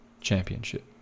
Championship